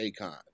Akon